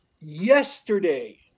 yesterday